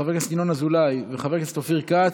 חבר הכנסת ינון אזולאי, חבר הכנסת אופיר כץ,